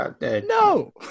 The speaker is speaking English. no